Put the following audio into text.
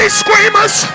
screamers